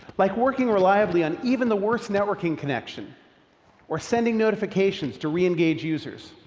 like working reliably on even the worst networking connection or sending notifications to re-engage users.